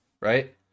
right